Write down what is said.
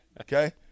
Okay